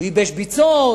הוא ייבש ביצות,